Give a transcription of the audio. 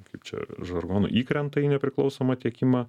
kaip čia žargonu įkrenta į nepriklausomą tiekimą